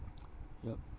yup